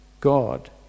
God